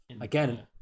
Again